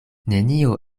nenio